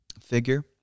figure